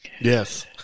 Yes